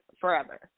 forever